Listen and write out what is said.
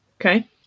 Okay